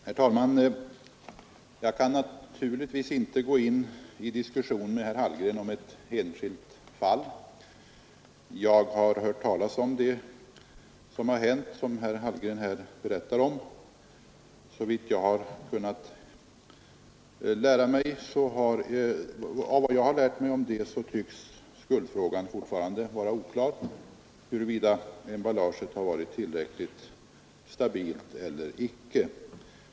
Herr talman! Jag kan naturligtvis inte gå in i någon diskussion med herr Hallgren om ett enskilt fall. Jag har hört talas om det som har hänt och som herr Hallgren här har berättat om. Enligt vad jag har erfarit av det tycks skuldfrågan fortfarande vara oklar — det är ännu inte visat, huruvida emballaget varit tillräckligt stabilt eller icke.